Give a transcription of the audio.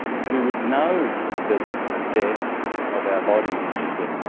we would know that death of our body is just a